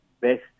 best